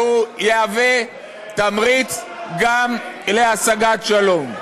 והוא יהווה תמריץ גם להשגת שלום.